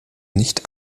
nicht